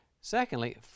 Secondly